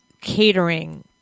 catering